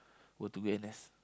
were to be N_S